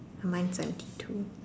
mine's empty too